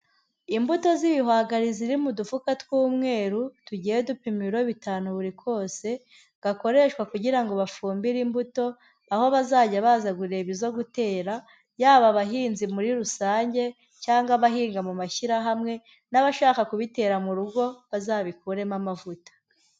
Imbuto z'ibihwagari ziri mu dufuka tw'umweru, tugiye dupima ibiro bitanu buri kose, gakoreshwa kugira ngo bafumbire imbuto, aho bazajya baza kureba izo gutera, yaba abahinzi muri rusange, cyangwa abahinga mu mashyirahamwe, n'abashaka kubitera mu rugo, bazabikuremo amavuta.